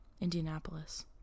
Indianapolis